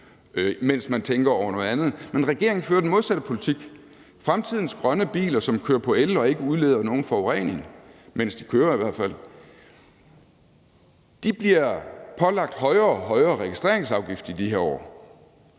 mens man tænker over noget andet, men regeringen fører den modsatte politik. Fremtidens grønne biler, som kører på el og ikke udleder nogen forurening, i hvert fald ikke, mens de kører, bliver pålagt højere og højere registreringsafgift i de her år.